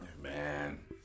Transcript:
Man